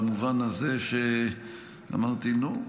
במובן הזה שאמרתי: נו,